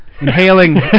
Inhaling